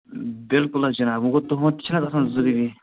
بِلکُل حظ جناب وۄنۍ گوٚو تُہُنٛد چھِنہٕ حظ ضٔروٗری